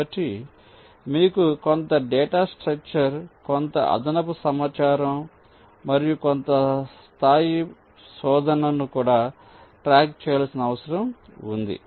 కాబట్టి మీకు కొంత డేటా స్ట్రక్చర్ కొంత అదనపు సమాచారం మరియు కొంత స్థాయి శోధనను కూడా ట్రాక్ చేయాల్సిన అవసరం ఉంది